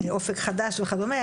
אופק חדש וכדומה,